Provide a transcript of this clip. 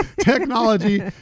technology